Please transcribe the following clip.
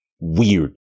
weird